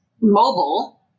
mobile